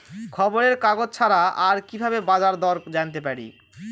খবরের কাগজ ছাড়া আর কি ভাবে বাজার দর জানতে পারি?